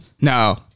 No